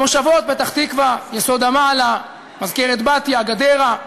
המושבות פתח-תקווה, יסוד-המעלה, מזכרת-בתיה, גדרה,